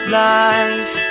life